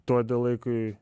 duodi laikui